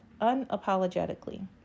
unapologetically